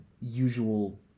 usual